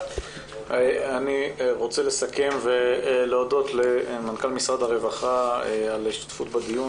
אני רוצה לסכם ולהודות למנכ"ל משרד הרווחה על השתתפות בדיון